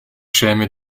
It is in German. schäme